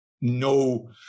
No